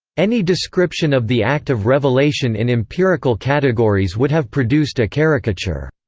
any description of the act of revelation in empirical categories would have produced a caricature.